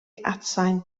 atsain